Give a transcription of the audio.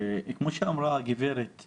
כמו שאמרה הגברת,